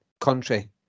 country